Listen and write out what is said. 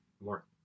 more